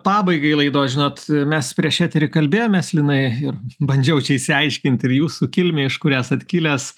pabaigai laidos žinot mes prieš eterį kalbėjomės linai ir bandžiau čia išsiaiškinti ir jūsų kilmę iš kur esat kilęs